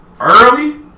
early